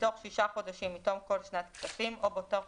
בתוך שישה חודשים מתום כל שנת כספים או בתוך